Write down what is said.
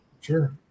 Sure